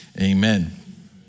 Amen